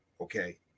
Okay